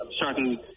certain